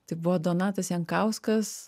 tai buvo donatas jankauskas